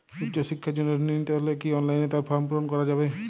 উচ্চশিক্ষার জন্য ঋণ নিতে হলে কি অনলাইনে তার ফর্ম পূরণ করা যাবে?